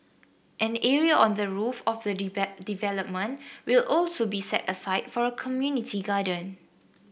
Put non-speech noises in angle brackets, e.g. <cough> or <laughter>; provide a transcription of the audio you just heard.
an area on the roof of the <unintelligible> development will also be set aside for a community garden